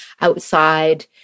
outside